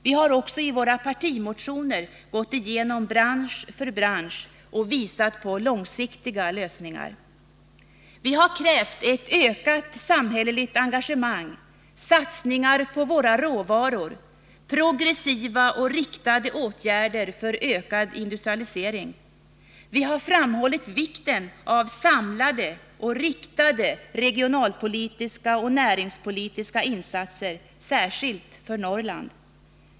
Vi har också i våra partimotioner gått igenom bransch för bransch och visat på långsiktiga lösningar. Vi har krävt ett ökat samhälleligt engagemang, satsningar på våra råvaror, progressiva och riktade åtgärder för ökad industrialisering. Vi har framhållit vikten av samlade och riktade regionalpolitiska och näringspolitiska insatser, särskilt för Norrland.